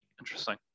Interesting